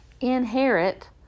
inherit